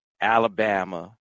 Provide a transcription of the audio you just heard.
Alabama